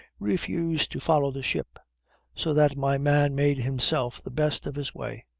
refused to follow the ship so that my man made himself the best of his way,